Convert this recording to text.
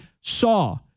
saw